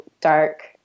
dark